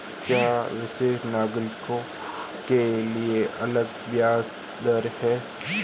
क्या वरिष्ठ नागरिकों के लिए अलग ब्याज दर है?